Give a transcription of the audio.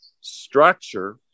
structure